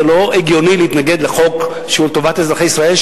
זה לא הגיוני להתנגד לחוק שהוא לטובת אזרחי ישראל,